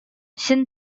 син